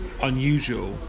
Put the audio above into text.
Unusual